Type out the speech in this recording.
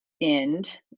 end